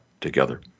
together